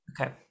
Okay